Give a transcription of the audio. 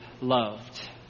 loved